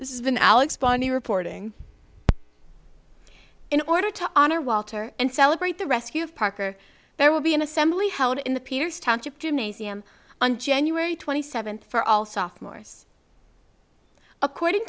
this isn't alex funny reporting in order to honor walter and celebrate the rescue of parker there will be an assembly held in the pierce township gymnasium on january twenty seventh for all sophomores according